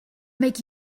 make